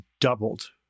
doubled